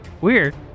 Weird